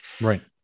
Right